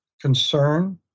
concern